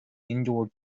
indoor